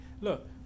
Look